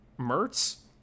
Mertz